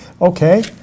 Okay